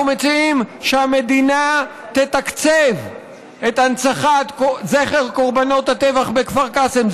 אנחנו מציעים שהמדינה תתקצב את הנצחת זכר קורבנות הטבח בכפר קאסם.